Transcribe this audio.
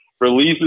releases